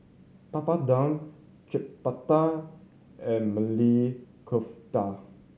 Papadum Chapati and Maili Kofta